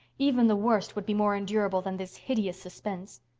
even the worst would be more endurable than this hideous suspense.